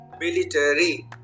military